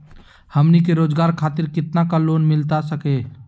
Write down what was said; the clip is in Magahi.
हमनी के रोगजागर खातिर कितना का लोन मिलता सके?